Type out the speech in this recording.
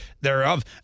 thereof